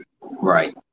Right